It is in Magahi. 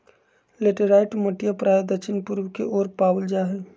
लैटेराइट मटिया प्रायः दक्षिण पूर्व के ओर पावल जाहई